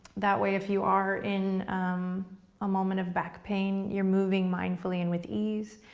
that way if you are in a moment of back pain, you're moving mindfully and with ease.